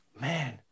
Man